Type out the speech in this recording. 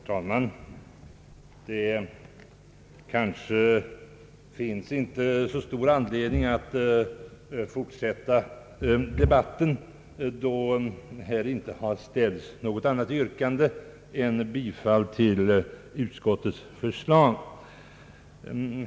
Herr talman! Det kanske inte finns så stor anledning att fortsätta debatten, då här inte har ställts något annat yrkande än om bifall till utskottets förslag.